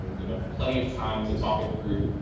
you know, plenty of time to talk it through.